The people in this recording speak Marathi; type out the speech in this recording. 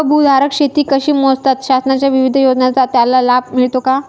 अल्पभूधारक शेती कशी मोजतात? शासनाच्या विविध योजनांचा त्याला लाभ मिळतो का?